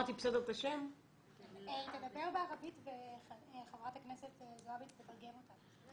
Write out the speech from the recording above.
היא תדבר בערבית וחברת הכנסת זועבי תתרגם אותה.